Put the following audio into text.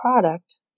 product